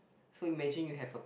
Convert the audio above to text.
so imagine you have a